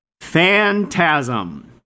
Phantasm